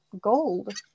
gold